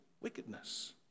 wickedness